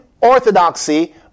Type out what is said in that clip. orthodoxy